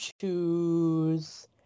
choose